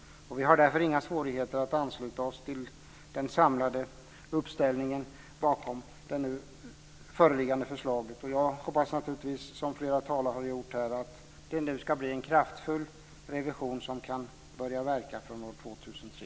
Vi har därför inga svårigheter att ansluta oss till den samlade uppställningen bakom det nu föreliggande förslaget. Jag hoppas naturligtvis, som flera talare har gjort, att det ska bli en kraftfull revision som kan börja verka från år 2003.